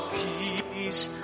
peace